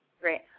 great